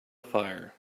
fire